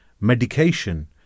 Medication